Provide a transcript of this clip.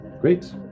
great